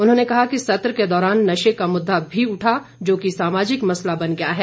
उन्होंने कहा कि सत्र के दौरान नशे का मुद्दा भी उठा जो कि सामाजिक मसला बन गया है